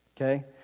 okay